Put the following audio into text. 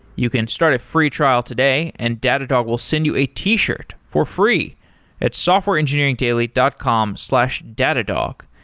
you can start a free trial today and datadog will send you a t shirt for free at softwareengineeringdaily dot com slash datadog.